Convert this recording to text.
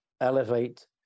elevate